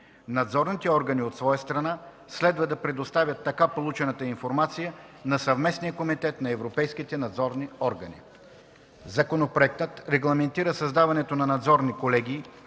Надзорните органи от своя страна следва да предоставят така получената информация на Съвместния комитет на европейските надзорни органи. Законопроектът регламентира създаването на надзорни колегии